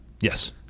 Yes